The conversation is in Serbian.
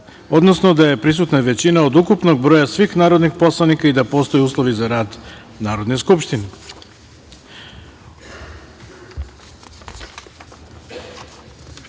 odnosno da je prisutna većina od ukupnog broja svih narodnih poslanika i da postoje uslovi za rad Narodne skupštine. Saglasno